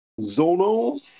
Zono